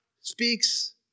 speaks